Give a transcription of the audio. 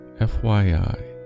FYI